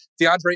DeAndre